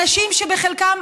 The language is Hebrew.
אנשים שבחלקם,